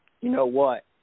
you-know-what